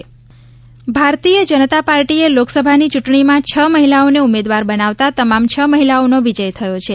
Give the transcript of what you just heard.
મહિલા ઉમેદવારોની જીત ભારતીય જનતા પાર્ટીએ લોકસભાની ચૂંટણીમાં છ મહિલાઓને ઉમેદવાર બનાવતા તમામ છ મહિલાઓનો વિજય થયો છે